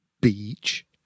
Beach